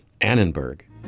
Annenberg